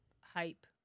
hype